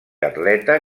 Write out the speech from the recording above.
atleta